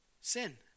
sin